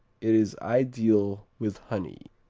it is ideal with honey.